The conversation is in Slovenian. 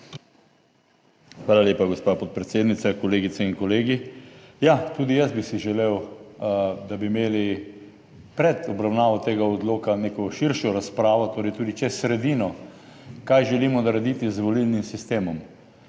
Hvala lepa, gospa podpredsednica. Kolegice in kolegi! Ja, tudi jaz bi si želel, da bi imeli pred obravnavo tega odloka neko širšo razpravo, torej tudi čez sredino, kaj želimo narediti z volilnim sistemom.